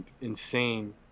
insane